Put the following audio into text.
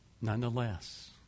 Nonetheless